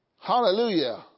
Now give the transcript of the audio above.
Hallelujah